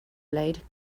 blade